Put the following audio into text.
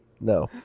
no